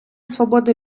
свободи